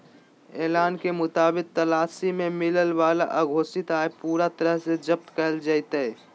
ऐलान के मुताबिक तलाशी में मिलय वाला अघोषित आय पूरा तरह से जब्त कइल जयतय